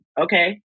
okay